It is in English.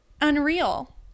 Unreal